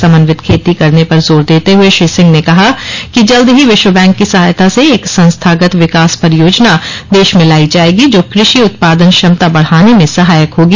समन्वित खेती करने पर जोर देते हुए श्री सिंह ने कहा कि जल्द ही विश्व बैंक की सहायता से एक संस्थागत विकास परियोजना देश में लाई जाएगी जो कृषि उत्पादन क्षमता बढ़ाने में सहायक होगी